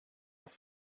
but